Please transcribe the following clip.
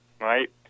right